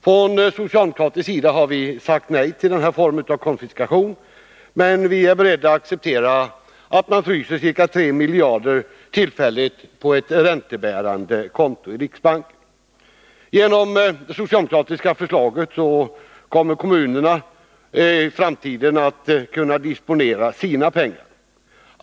Från socialdemokratisk sida har vi sagt nej till den här formen av konfiskation, men är beredda att acceptera att man tillfälligt fryser ca 3 miljarder på ett räntebärande konto i riksbanken. Genom det socialdemokratiska förslaget kommer kommunerna i framtiden att kunna disponera sina pengar.